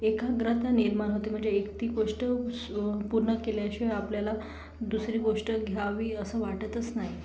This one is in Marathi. एकाग्रता निर्माण होते म्हणजे एक ती गोष्ट पूर्ण केल्याशिवाय आपल्याला दुसरी गोष्ट घ्यावी असं वाटतच नाही